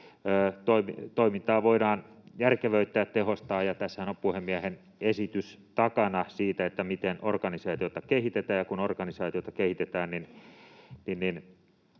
toimintaa voidaan järkevöittää ja tehostaa, ja tässähän on takana puhemiehen esitys siitä, miten organisaatiota kehitetään, ja kun organisaatiota kehitetään,